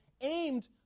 aimed